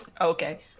Okay